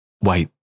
wait